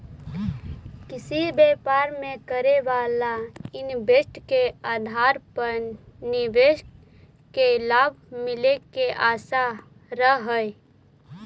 किसी व्यापार में करे वाला इन्वेस्ट के आधार पर निवेशक के लाभ मिले के आशा रहऽ हई